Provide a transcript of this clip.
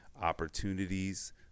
opportunities